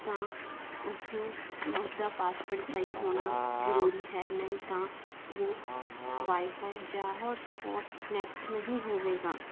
ਤਾਂ ਉਸਨੂੰ ਉਸ ਦਾ ਪਾਸਵਰਡ ਸਹੀ ਹੋਣਾ ਜ਼ਰੂਰੀ ਹੈ ਨਹੀਂ ਤਾਂ ਉਹ ਬਾਈਫਾਈ ਜਾਂ ਹੋਟਸਪੋਰਟ ਕਨੈਕਟ ਨਹੀਂ ਹੋਵੇਗਾ